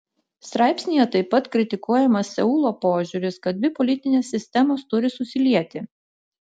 straipsnyje taip pat kritikuojamas seulo požiūris kad dvi politinės sistemos turi susilieti